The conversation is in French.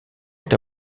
est